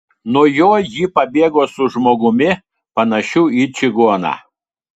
nuo jo ji pabėgo su žmogumi panašiu į čigoną